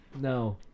no